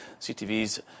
CTV's